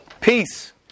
Peace